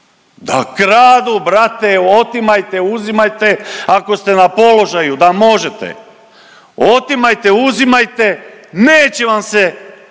da kradu brate otimajte, uzimajte ako ste na položaju da možete otimajte, uzimajte neće vam se